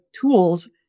tools